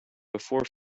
before